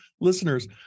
listeners